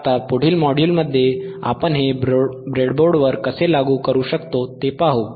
आता पुढील मॉड्यूलमध्ये आपण हे ब्रेडबोर्डवर कसे लागू करू शकतो ते पाहू